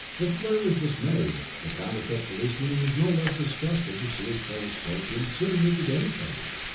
if blair was dismayed, the counterfeit policeman was no less disgusted to see his fellow scorpion sitting at the dinner table,